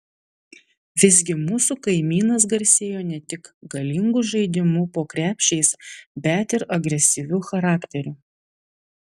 visgi mūsų kaimynas garsėjo ne tik galingu žaidimu po krepšiais bet ir agresyviu charakteriu